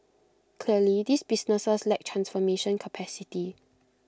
clearly these businesses lack transformation capacity